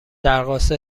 درخواست